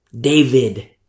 David